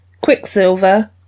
Quicksilver